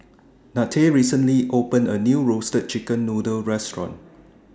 Nanette recently opened A New Roasted Chicken Noodle Restaurant